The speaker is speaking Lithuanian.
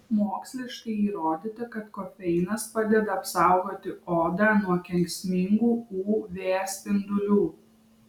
moksliškai įrodyta kad kofeinas padeda apsaugoti odą nuo kenksmingų uv spindulių